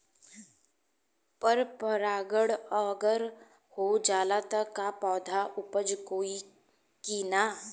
पर परागण अगर हो जाला त का पौधा उपज होई की ना?